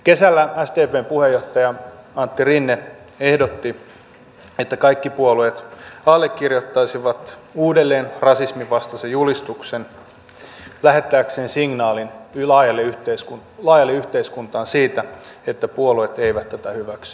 kesällä sdpn puheenjohtaja antti rinne ehdotti että kaikki puolueet allekirjoittaisivat uudelleen rasismin vastaisen julistuksen lähettääkseen signaalin laajalle yhteiskuntaan siitä että puolueet eivät tätä hyväksy